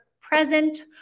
present